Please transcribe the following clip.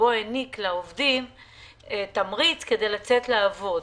שהעניק לעובדים תמריץ כדי לצאת לעבוד.